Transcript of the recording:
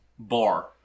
Bar